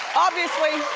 obviously